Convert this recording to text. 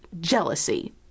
jealousy